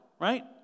right